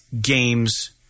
games